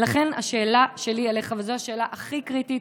לכן השאלה שלי אליך, וזו השאלה הכי קריטית